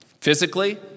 Physically